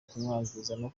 kumwangira